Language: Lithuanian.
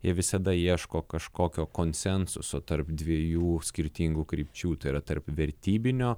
ir visada ieško kažkokio konsensuso tarp dviejų skirtingų krypčių tai yra tarp vertybinio